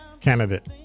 candidate